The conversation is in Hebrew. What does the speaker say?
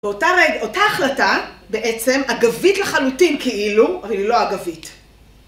באותה החלטה בעצם אגבית לחלוטין כאילו, אבל היא לא אגבית.